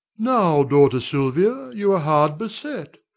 now, daughter silvia, you are hard beset.